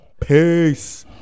Peace